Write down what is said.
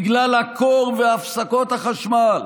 בגלל הקור והפסקות החשמל.